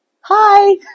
hi